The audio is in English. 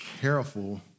careful